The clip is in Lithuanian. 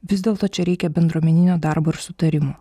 vis dėlto čia reikia bendruomeninio darbo ir sutarimo